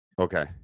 Okay